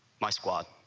my squad,